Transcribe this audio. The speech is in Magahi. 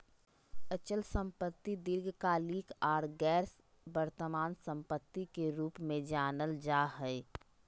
अचल संपत्ति दीर्घकालिक आर गैर वर्तमान सम्पत्ति के रूप मे जानल जा हय